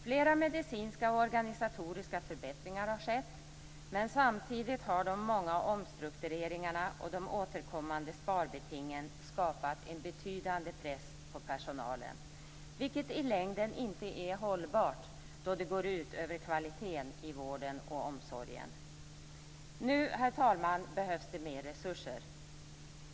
Flera medicinska och organisatoriska förbättringar har skett, men samtidigt har de många omstruktureringarna och de återkommande sparbetingen skapat en betydande press på personalen, vilket i längden inte är hållbart då det går ut över kvaliteten i vården och omsorgen. Nu behövs det mer resurser.